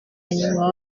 nyuma